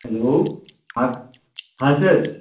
hello हाँ हाँ sir